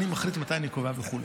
אני מחליט מתי אני קורא "וכו'".